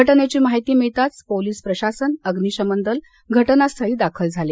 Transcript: घटनेची माहिती मिळताच पोलीस प्रशासन अग्निशमन दल घटनास्थळी दाखल झाले